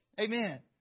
Amen